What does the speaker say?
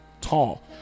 tall